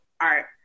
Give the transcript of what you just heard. art